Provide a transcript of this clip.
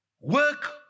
work